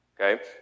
Okay